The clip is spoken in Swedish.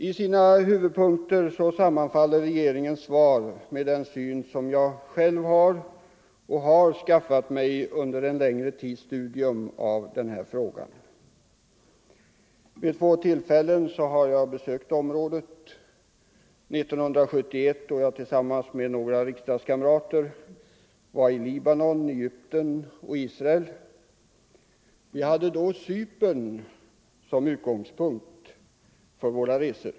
I sina huvudpunkter sammanfaller regeringens svar med den syn jag själv har skaffat mig under en längre tids studium av frågan. Vid två tillfällen har jag besökt området. År 1971 var jag tillsammans med några riksdagskamrater i Libanon, Egypten och Israel. Vi hade då Cypern som utgångspunkt för våra resor.